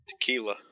Tequila